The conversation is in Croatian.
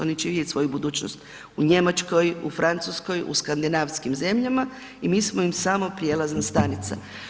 Oni će vidjeti svoju budućnost u Njemačkoj, u Francuskoj, u skandinavskim zemljama i mi smo im samo prijelazna stanica.